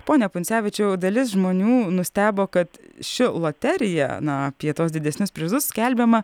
pone puncevičiaus dalis žmonių nustebo kad ši loterija na apie tuos didesnius prizus skelbiama